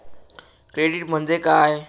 Credit म्हणजे काय?